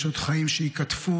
יש עוד חיים שייקטפו,